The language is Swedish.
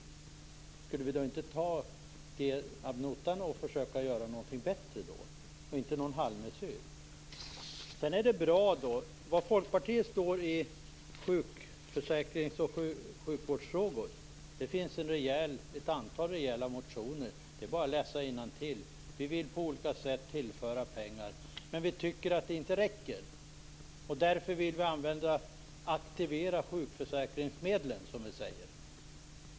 Skall vi inte ta det ad notam och försöka åstadkomma något som är bättre i stället för att göra en halvmesyr? Var Folkpartiet står i sjukförsäkrings och sjukvårdsfrågor framgår av ett antal rejäla motioner. Det är bara att läsa innantill. Vi vill på olika sätt tillföra pengar men vi tycker inte att det räcker. Därför vill vi aktivera sjukförsäkringsmedlen, som vi säger.